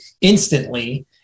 instantly